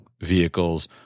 vehicles